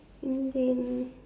then